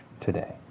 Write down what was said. today